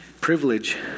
privilege